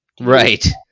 right